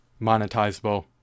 monetizable